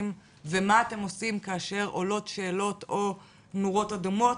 ומה אתם עושים כאשר עולות שאלות או נורות אדומות?